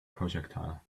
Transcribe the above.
projectile